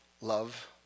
Love